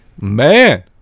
Man